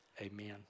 amen